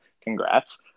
Congrats